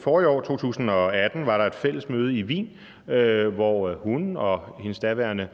forrige år, 2018, var der et fælles møde i Wien, hvor hun og hendes daværende